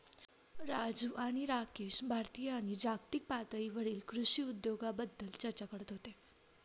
राजू आणि राकेश भारतीय आणि जागतिक पातळीवरील कृषी उद्योगाबद्दल चर्चा करत होते